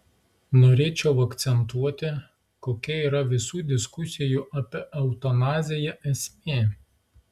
norėčiau akcentuoti kokia yra visų diskusijų apie eutanaziją esmė